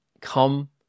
come